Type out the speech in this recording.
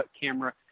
camera